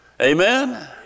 Amen